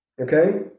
okay